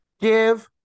give